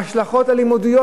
ההשלכות הלימודיות,